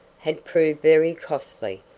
had proved very costly.